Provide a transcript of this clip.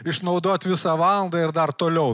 išnaudot visą valandą ir dar toliau